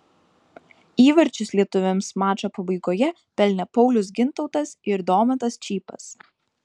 įvarčius lietuviams mačo pabaigoje pelnė paulius gintautas ir domantas čypas